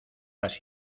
las